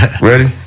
Ready